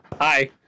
Hi